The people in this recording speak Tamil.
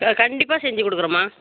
ஆ கண்டிப்பாக செஞ்சு கொடுக்குறோம்மா